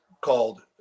called